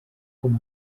com